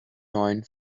neuen